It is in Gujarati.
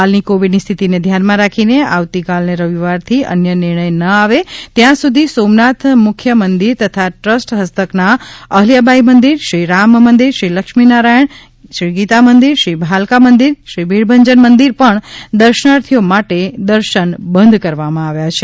હાલની કોવિડની સ્થિતિને ધ્યાનમાં રાખી આવતીકાલને રવિવારથી અન્ય નિર્ણયના આવે ત્યાં સુધી સોમનાથ મુખ્ય મંદિર તથા ટ્રસ્ટ ફસ્તકના અહલ્યાબાઈ મંદિર શ્રીરામ મંદિર શ્રી લક્ષ્મીનારાયણ ગીતામંદિર શ્રી ભાલકા મંદિર શ્રીભીડભંજન મંદિર પણ દર્શનાર્થીઓ માટે દર્શન બંધ કરવામાં આવે છે